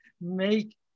make